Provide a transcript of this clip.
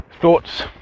thoughts